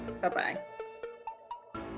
Bye-bye